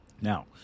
Now